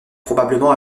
probablement